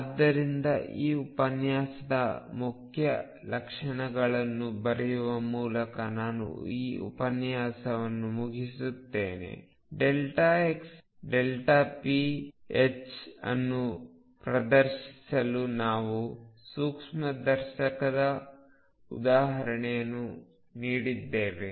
ಆದ್ದರಿಂದ ಈ ಉಪನ್ಯಾಸದ ಮುಖ್ಯ ಲಕ್ಷಣಗಳನ್ನು ಬರೆಯುವ ಮೂಲಕ ನಾನು ಈ ಉಪನ್ಯಾಸವನ್ನು ಮುಗಿಸುತ್ತೇನೆpx∼h ಅನ್ನು ಪ್ರದರ್ಶಿಸಲು ನಾವು ಸೂಕ್ಷ್ಮದರ್ಶಕದ ಉದಾಹರಣೆಯನ್ನು ನೀಡಿದ್ದೇವೆ